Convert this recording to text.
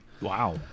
wow